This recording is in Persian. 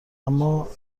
اما